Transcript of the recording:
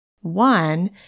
One